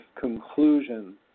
conclusion